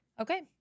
Okay